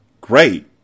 Great